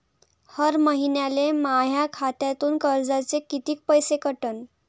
हर महिन्याले माह्या खात्यातून कर्जाचे कितीक पैसे कटन?